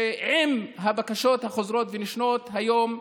עם בקשות חוזרות ונשנות, היום,